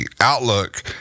outlook